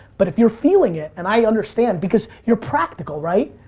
but if you're feeling it, and i understand because you're practical, right?